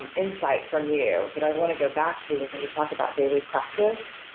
and insight from you that i want to go back to when you talk about daily practice,